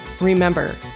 remember